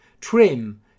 Trim